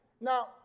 Now